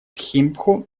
тхимпху